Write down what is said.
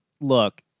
look